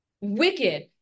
Wicked